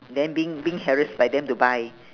then being being harassed by them to buy